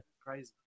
Crazy